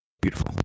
beautiful